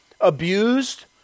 abused